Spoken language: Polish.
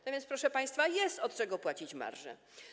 No więc, proszę państwa, jest od czego płacić marże.